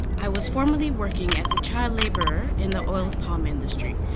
i was formally working as a child labourer in the oil palm industry,